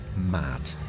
mad